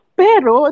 pero